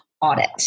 audit